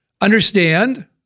understand